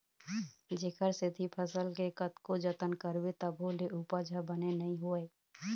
जेखर सेती फसल के कतको जतन करबे तभो ले उपज ह बने नइ होवय